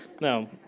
No